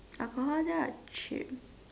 alcohol there are cheap